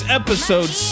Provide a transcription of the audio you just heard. episode